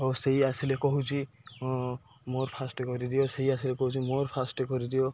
ହଉ ସେଇ ଆସିଲେ କହୁଛି ମୋର ଫାଷ୍ଟ କରିଦିଅ ସେଇ ଆସିଲେ କହୁଛି ମୋର ଫାଷ୍ଟ କରିଦିଅ